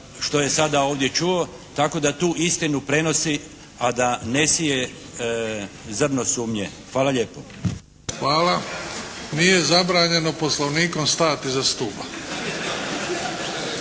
što je sada ovdje čuo, tako da tu istinu prenosi a da ne sije zrno sumnje. Hvala lijepo. **Bebić, Luka (HDZ)** Hvala. Nije zabranjeno Poslovnikom stajati iza stupa.